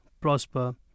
prosper